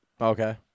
Okay